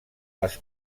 les